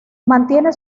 mantiene